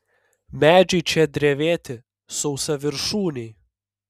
medžiai čia drevėti sausaviršūniai